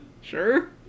sure